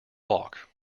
walk